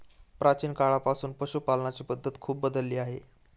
प्राचीन काळापासून पशुपालनाची पद्धत खूप बदलली आहे